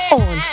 on